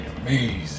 amazing